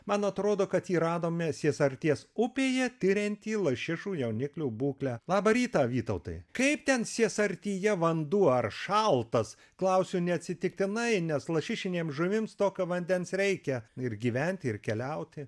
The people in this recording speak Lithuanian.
man atrodo kad jį radome siesarties upėje tiriantį lašišų jauniklių būklę labą rytą vytautai kaip ten siesartyje vanduo ar šaltas klausiu neatsitiktinai nes lašišinėm žuvims tokio vandens reikia ir gyventi ir keliauti